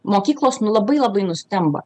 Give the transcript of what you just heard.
mokyklos nu labai labai nustemba